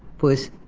first,